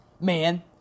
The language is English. man